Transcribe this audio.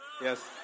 yes